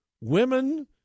women